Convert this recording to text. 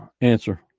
answer